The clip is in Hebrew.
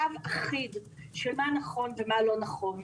קו אחיד על מה נכון ומה לא נכון.